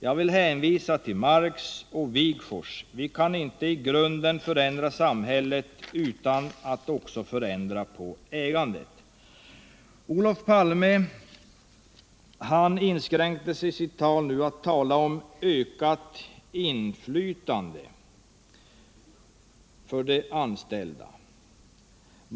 Jag vill hänvisa till Marx och Wigforss: vi kan i grunden inte förändra samhället utan att också ändra på ägandet.” Olof Palme inskränkte sig i sitt tal här till att tala om ökat inflytande för de anställda.